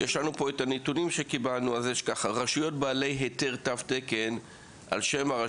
יש לנו פה את הנתונים שקיבלנו: רשויות בעלות היתר תו תקן על שמן,